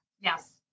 Yes